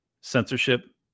censorship